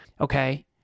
okay